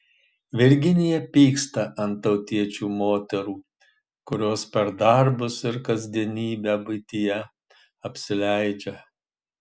virginija pyksta ant tautiečių moterų kurios per darbus ir kasdienybę buityje apsileidžia